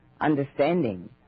understanding